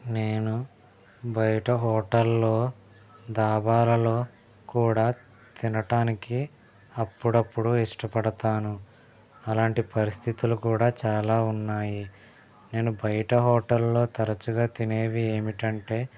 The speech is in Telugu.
నేను బయట హోటల్లో దాబాలలో కూడా తినటానికి అప్పుడప్పుడు ఇష్టపడతాను అలాంటి పరిస్థితులు కూడా చాలా ఉన్నాయి నేను బయట హోటల్లో తరచుగా తినేవి ఏమిటంటే